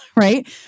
right